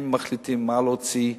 הם מחליטים מה להוציא.